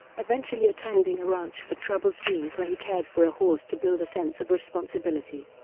eventually attending a ranch for troubled teens where he cared for a horse to build a sense of responsibility.